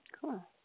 Cool